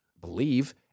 believe